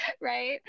right